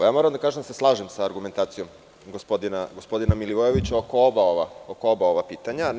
Moram da kažem da se slažem sa argumentacijom gospodina Milivojevića oko oba ova pitanja.